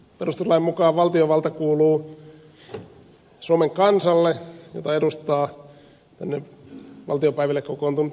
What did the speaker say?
perustuslain mukaan valtiovalta kuuluu suomen kansalle jota edustaa tänne valtiopäiville kokoontunut eduskunta